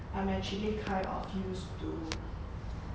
I'm actually kind of used to